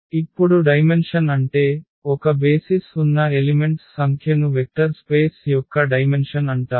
ఇప్పుడు డైమెన్షన్ అంటే ఒక బేసిస్ ఉన్న ఎలిమెంట్స్ సంఖ్యను వెక్టర్ స్పేస్ యొక్క డైమెన్షన్ అంటారు